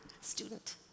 student